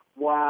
wow